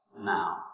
now